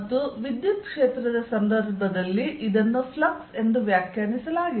ಮತ್ತು ವಿದ್ಯುತ್ ಕ್ಷೇತ್ರದ ಸಂದರ್ಭದಲ್ಲಿ ಇದನ್ನು ಫ್ಲಕ್ಸ್ ಎಂದು ವ್ಯಾಖ್ಯಾನಿಸಲಾಗಿದೆ